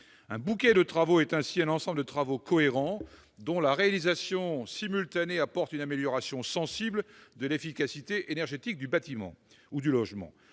Un bouquet de travaux est ainsi un ensemble de travaux cohérents, dont la réalisation simultanée apporte une amélioration sensible de l'efficacité énergétique du bâtiment ou du logement.